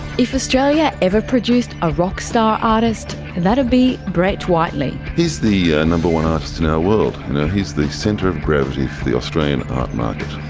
if australia ever produced a rockstar artist that'd be brett whiteley. he's the number one artist in our world. you know he's the centre of gravity for the australian art market.